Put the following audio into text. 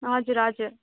हजुर हजुर